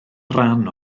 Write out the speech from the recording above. ran